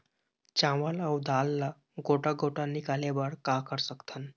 चावल अऊ दाल ला गोटा गोटा निकाले बर का कर सकथन?